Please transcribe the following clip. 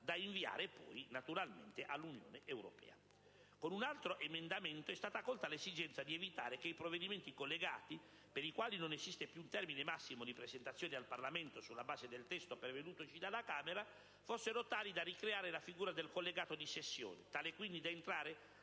da inviare poi all'Unione europea. Con un altro emendamento è stata colta l'esigenza di evitare che i provvedimenti collegati, per i quali non esiste più un termine massimo di presentazione al Parlamento, sulla base del testo pervenutoci dalla Camera, fossero tali da ricreare la figura del "collegato" di sessione, tale quindi da entrare